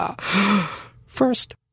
First